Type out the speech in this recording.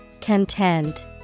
Content